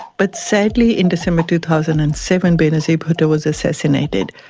but sadly in december two thousand and seven benazir bhutto was assassinated.